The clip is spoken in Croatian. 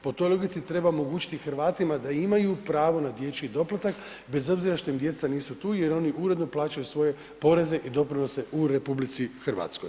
Po toj logici treba omogućiti Hrvatima da imaju pravo na dječji doplatak bez obzira što im djeca nisu tu jer inu uredno plaćaju svoje poreze i doprinose u RH.